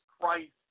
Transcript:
Christ